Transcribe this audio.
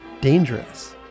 dangerous